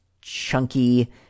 chunky